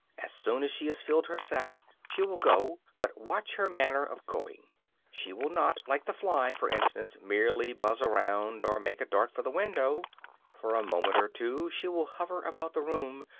as soon as she has filled her sac, she will go, but watch her manner of going she will not, like the fly, for instance, merely buzz around or make a dart for the window for a moment or two she will hover about the room,